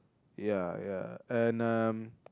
ya ya and um